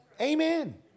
Amen